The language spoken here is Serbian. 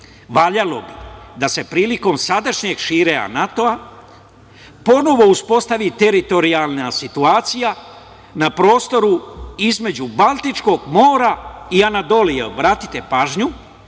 valjalo bi da se prilikom sadašnjeg širenja NATO ponovo uspostavi teritorijalna situacija na prostoru između Baltičkog mora i Anadolije, obratite pažnju,